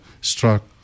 struck